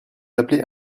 appelez